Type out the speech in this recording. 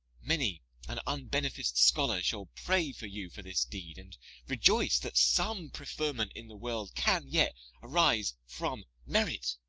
many an unbenefic'd scholar shall pray for you for this deed, and rejoice that some preferment in the world can yet arise from merit.